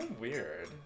weird